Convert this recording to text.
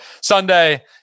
Sunday